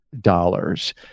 dollars